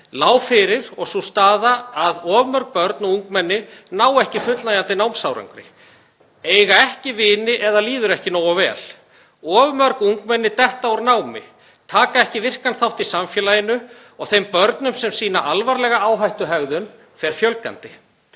er staðan sú að of mörg börn og ungmenni ná ekki fullnægjandi námsárangri, eiga ekki vini eða líður ekki nógu vel. Of mörg ungmenni detta úr námi, taka ekki virkan þátt í samfélaginu og þeim börnum sem sýna alvarlega áhættuhegðun fer fjölgandi.